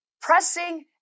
pressing